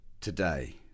today